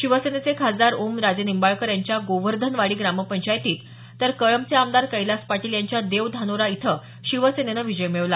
शिवसेनेचे खासदार ओम राजेनिंबाळकर यांच्या गोवर्धनवाडी ग्रामपंचायतीत तर कळंबचे आमदार कैलास पाटील यांच्या देव धानोरा इथं शिवसेनेने विजय मिळवला